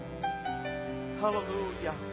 Hallelujah